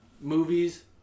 movies